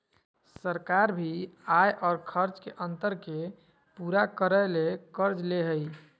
सरकार भी आय और खर्च के अंतर के पूरा करय ले कर्ज ले हइ